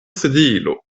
sedilo